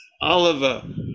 Oliver